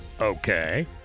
Okay